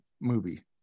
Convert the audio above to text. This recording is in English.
movie